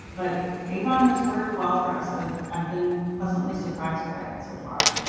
but avon has worked well for us. i have been pleasantly surprised by it so far.